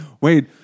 Wait